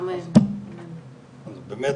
בהמשך.באמת